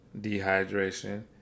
dehydration